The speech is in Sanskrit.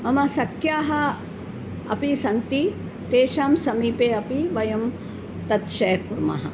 मम सख्याः अपि सन्ति तेषां समीपे अपि वयं तत् शेर् कुर्मः